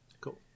Cool